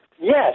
Yes